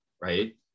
right